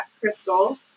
Crystal